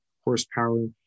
horsepower